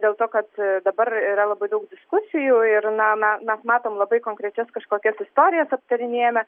dėl to kad dabar yra labai daug diskusijų ir na me mes matom labai konkrečias kažkokias istorijas aptarinėjame